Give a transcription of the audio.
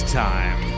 time